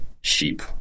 sheep